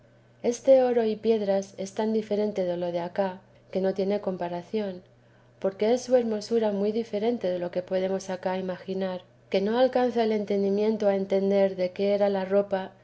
este oro y piedras es tan diferente de lo de acá que no tiene comparación porque es su hermosura muy diferente de lo que podemos acá imaginar que no alcanza el entendimiento a entender de qué era la ropa